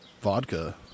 vodka